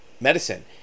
Medicine